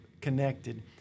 connected